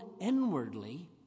inwardly